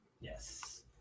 Yes